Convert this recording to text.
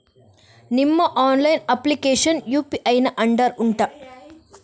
ನಿಮ್ಮ online application UPI ನ under ಉಂಟಾ